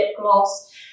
gloss